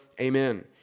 Amen